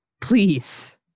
Please